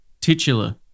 Titular